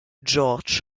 george